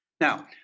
Now